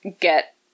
get